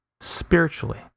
spiritually